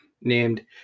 named